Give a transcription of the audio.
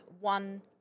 one